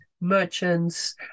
merchants